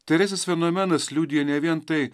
teresės fenomenas liudija ne vien tai